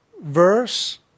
verse